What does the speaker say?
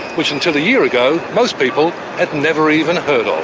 which until a year ago, most people had never even heard of.